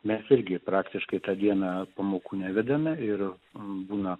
mes irgi praktiškai tą dieną pamokų nevedame ir būna